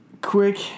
quick